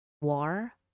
war